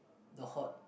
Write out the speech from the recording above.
the hot